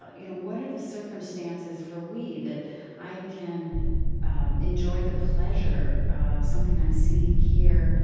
ah you know what are the circumstances for we, that i can enjoy the pleasure of something i'm seeing here,